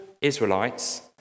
Israelites